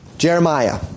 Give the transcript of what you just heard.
Jeremiah